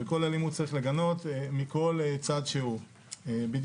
וכל אלימות מכל צד שהוא צריך לגנות.